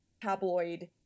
tabloid